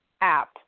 app